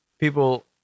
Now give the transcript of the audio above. People